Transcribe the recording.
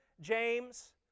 James